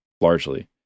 largely